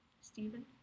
Stephen